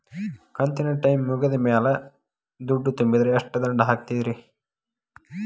ಕಂತಿನ ಟೈಮ್ ಮುಗಿದ ಮ್ಯಾಲ್ ದುಡ್ಡು ತುಂಬಿದ್ರ, ಎಷ್ಟ ದಂಡ ಹಾಕ್ತೇರಿ?